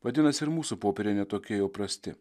vadinas ir mūsų popieriai ne tokie jau prasti